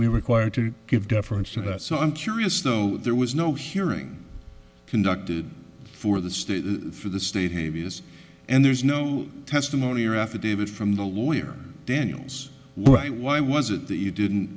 we required to give deference to that so i'm curious though there was no hearing conducted for the state for the state heaviest and there's no testimony or affidavit from the lawyer daniels right why was it that you didn't